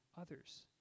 others